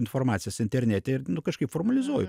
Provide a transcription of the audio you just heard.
informacijos internete ir nu kažkaip formalizuoju